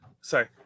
sorry